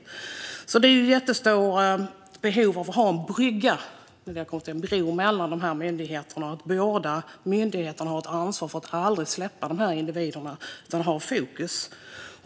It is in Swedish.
Det finns alltså ett jättestort behov av en brygga eller en bro mellan de här myndigheterna. Båda myndigheterna ska ha ett ansvar för att aldrig släppa de här individerna utan ha fokus.